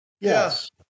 Yes